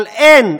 אבל אין,